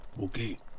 Okay